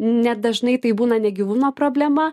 nedažnai tai būna ne gyvūno problema